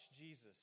Jesus